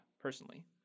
personally